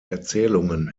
erzählungen